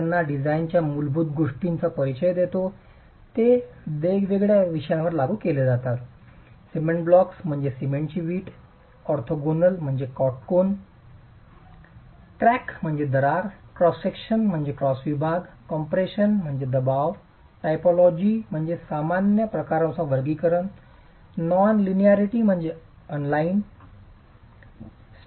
Thank you